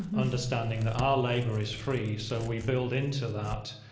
understanding that our labor is free. so we build into that,